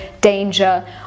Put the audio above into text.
danger